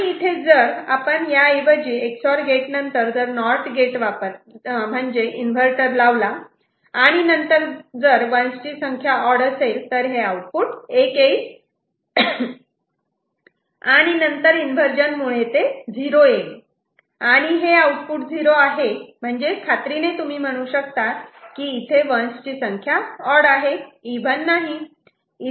आणि इथे जर आपण या ऐवजी या Ex OR गेट नंतर जर नॉट गेट म्हणजे इन्व्हर्टर लावला आणि नंतर जर 1's ची संख्या ऑड असेल तर हे आउटपुट 1 येईल आणि नंतर इन्वर्जन मुळे ते 0 येईल आणि हे आउटपुट 0 आहे म्हणजे खात्रीने तुम्ही म्हणू शकतात की इथे 1's ची संख्या ऑड आहे इव्हन नाही